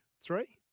three